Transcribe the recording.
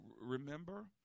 remember